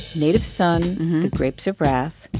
native son, the grapes of wrath,